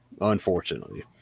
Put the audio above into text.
Unfortunately